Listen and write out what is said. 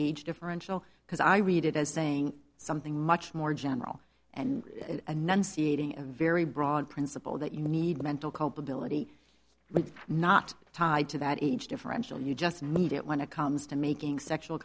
age differential because i read it as saying something much more general and a nun seeding a very broad principle that you need mental culpability but not tied to that age differential you just need it when it comes to making sexual